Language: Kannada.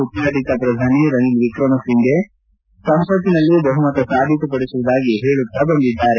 ಉಚ್ಚಾಟಿತ ಪ್ರಧಾನಿ ರನಿಲ್ ವಿಕ್ರೆಮೆಸಿಂಫೆ ಅವರು ಸಂಸತ್ತಿನಲ್ಲಿ ಬಹುಮತ ಸಾಬೀತು ಪಡಿಸುವುದಾಗಿ ಹೇಳುತ್ತಾ ಬಂದಿದ್ದಾರೆ